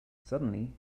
suddenly